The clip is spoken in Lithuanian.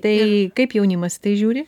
tai kaip jaunimas į tai žiūri